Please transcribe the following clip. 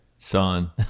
son